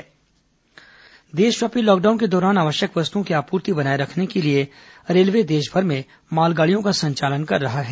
corona railway देशव्यापी lockdown के दौरान आवश्यक वस्तुओं की आपूर्ति बनाए रखने के लिए रेलवे देशभर में मालगाड़ियों का संचालन कर रहा है